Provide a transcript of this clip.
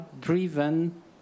driven